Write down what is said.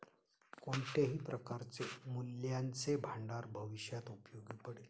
कोणत्याही प्रकारचे मूल्याचे भांडार भविष्यात उपयोगी पडेल